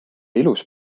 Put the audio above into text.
ilus